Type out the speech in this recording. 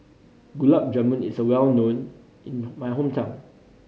Gulab Jamun is well known in my hometown